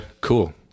Cool